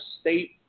State